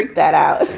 that out.